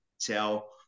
tell